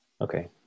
Okay